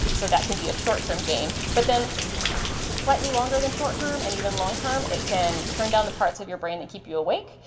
so that can be a short-term gain. but then slightly longer than short-term, and even long-term, it can turn down the parts of your brain that keep you awake,